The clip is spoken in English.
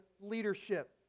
leadership